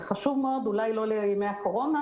זה אולי לא חשוב לימי הקורונה,